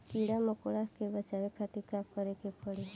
कीड़ा मकोड़ा से बचावे खातिर का करे के पड़ी?